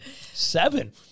Seven